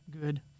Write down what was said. good